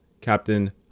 Captain